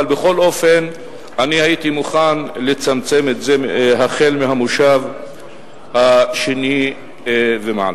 אבל בכל אופן אני הייתי מוכן לצמצם את זה למושב השני ומעלה.